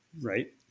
right